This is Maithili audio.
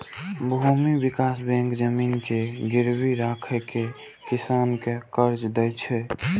भूमि विकास बैंक जमीन के गिरवी राखि कें किसान कें कर्ज दै छै